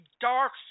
dark